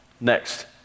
Next